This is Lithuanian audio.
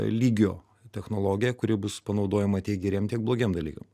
lygio technologija kuri bus panaudojama tiek geriem tiek blogiem dalykam